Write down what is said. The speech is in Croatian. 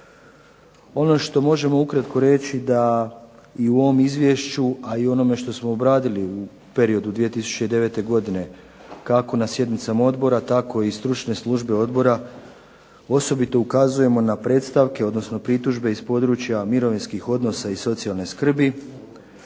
Ono što možemo ukratko reći da i u ovom izvješću, a i u onome što smo obradili u periodu 2009. godine kako na sjednicama odbora tako i stručne službe odbora osobito ukazujemo na predstavke, odnosno pritužbe iz područja mirovinskih odnosa i socijalne skrbi,